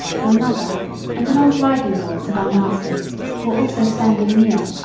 my mother and an old riding horse of our master's were also standing near,